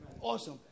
Awesome